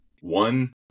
one